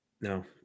No